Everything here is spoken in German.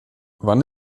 wann